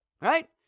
Right